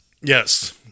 Yes